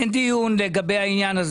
אין דיון לגבי העניין הזה.